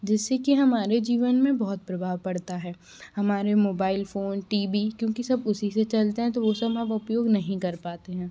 जिससे की हमारे जीवन में बहुत प्रभाव पड़ता है हमारे मोबाइल फ़ोन टी बी क्योंकि सब उसी से चलते हैं तो वह सब म वह उपयोग नहीं कर पाते हैं